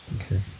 Okay